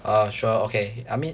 ah sure okay I mean